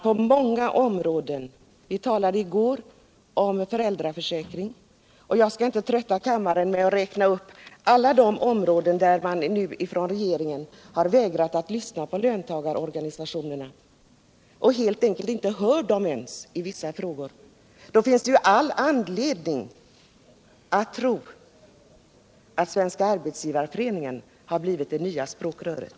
På många områden — vi talade i går om föräldraförsäkringen, och jag skall inte trötta kammaren med att räkna upp andra områden — har man från regeringens sida vägrat att lyssna på löntagarorganisationerna. Man hör dem helt enkelt inte i vissa frågor. Då finns det all anledning att tro att Svenska arbetsgivareföreningen har blivit det nya språkröret.